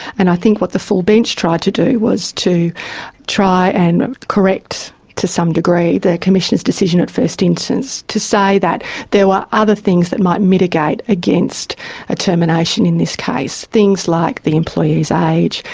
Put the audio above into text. and i think what the full bench tried to do was to try and correct to some degree the commissioner's decision at first instance to say that there were other things that might mitigate against a termination in this case, things like the employee's age,